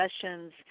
sessions